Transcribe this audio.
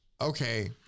okay